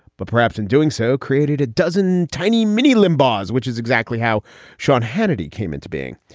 but perhaps in doing so, created a dozen tiny mini limbaugh's, which is exactly how sean hannity came into being.